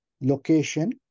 location